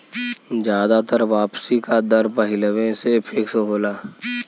जादातर वापसी का दर पहिलवें से फिक्स होला